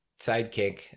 sidekick